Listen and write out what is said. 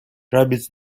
rabbits